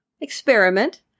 experiment